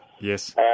Yes